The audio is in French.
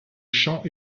champ